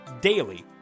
daily